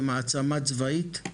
מעצמה צבאית,